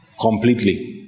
Completely